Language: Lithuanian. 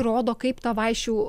rodo kaip tą vaišių